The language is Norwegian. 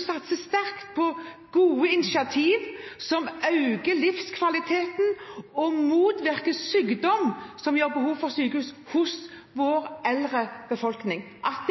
satser sterkt på gode initiativ som øker livskvaliteten og motvirker sykdom som gir behov for sykehus hos vår eldre befolkning? For